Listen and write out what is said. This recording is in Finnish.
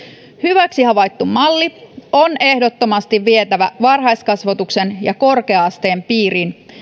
hyväksi havaittu malli on ehdottomasti vietävä varhaiskasvatuksen ja korkea asteen piiriin